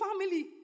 family